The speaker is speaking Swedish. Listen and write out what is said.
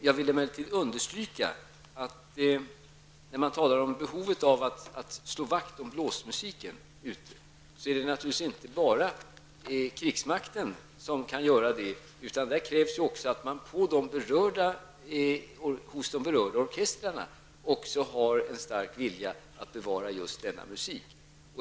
Jag vill emellertid understryka att när man talar om behovet av att slå vakt om blåsmusiken ute i landet är det naturligtvis inte bara krigsmakten som kan göra detta. Det krävs även att man hos berörda orkestrar har en stark vilja att bevara just denna musik.